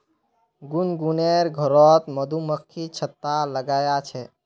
गुनगुनेर घरोत मधुमक्खी छत्ता लगाया छे